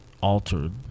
altered